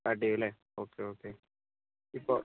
start ചെയ്യുമല്ലേ okay okay ഇപ്പോൾ